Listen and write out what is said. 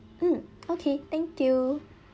mm okay thank you